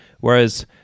Whereas